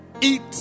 Eat